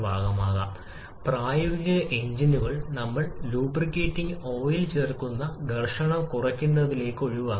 അതിനാൽ ഇപ്പോൾ നിങ്ങളുടെ കൈവശമുള്ള രണ്ട് ഡയഗ്രമുകൾ നോക്കുക സൈക്കിളിൽ നിന്നുള്ള സൈദ്ധാന്തിക വർക്ക് ഉത്പാദനം